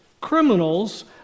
criminals